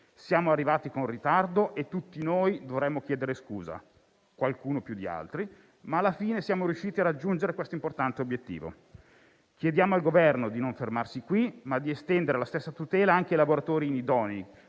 Siamo arrivati con ritardo e tutti noi dovremmo chiedere scusa: qualcuno più di altri. Alla fine, però, siamo riusciti a raggiungere questo importante obiettivo. Chiediamo al Governo di non fermarsi qui, ma di estendere la stessa tutela anche ai lavoratori inidonei,